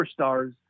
superstars